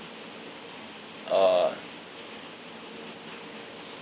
uh